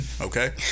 okay